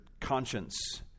conscience